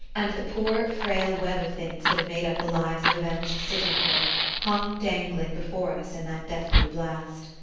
and the poor frail web of things that had made up the lives of a vanished city-full hung dangling before us in that deathly blast.